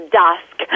dusk